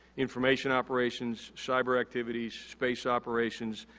information operations, cyber activities, space operations,